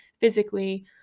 physically